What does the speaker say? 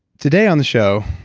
today on the show,